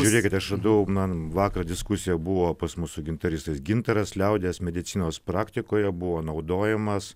žiūrėkite aš radau man vakar diskusija buvo pas mus su gintaristais gintaras liaudies medicinos praktikoje buvo naudojamas